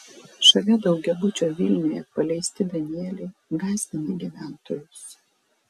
šalia daugiabučio vilniuje paleisti danieliai gąsdina gyventojus